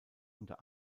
unter